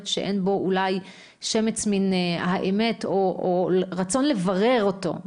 שאין בו אולי שמץ של אמת או רצון לברר אותו.